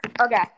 Okay